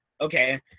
okay